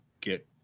get